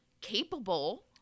capable